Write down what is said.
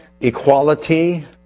equality